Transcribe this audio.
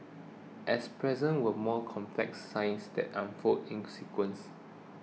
as present were more complex signs that unfolded in sequences